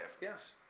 Yes